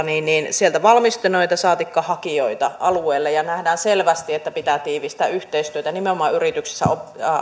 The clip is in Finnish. sieltä valmistuneita saatikka hakijoita alueelle ja nähdään selvästi että pitää tiivistää yhteistyötä nimenomaan yrityksissä